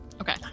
Okay